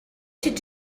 did